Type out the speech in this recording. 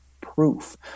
proof